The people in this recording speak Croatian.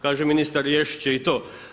Kaže ministar, riješiti će i to.